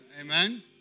Amen